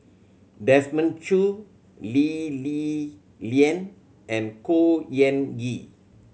Desmond Choo Lee Li Lian and Khor Ean Ghee